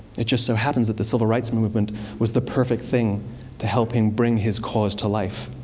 it just so happened that the civil rights movement was the perfect thing to help him bring his cause to life.